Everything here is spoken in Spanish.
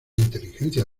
inteligencia